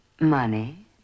money